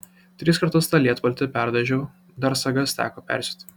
tris kartus tą lietpaltį perdažiau dar sagas teko persiūt